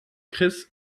chris